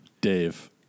Dave